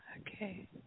Okay